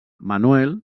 manuel